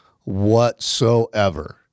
whatsoever